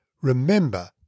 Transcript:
Remember